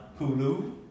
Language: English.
Hulu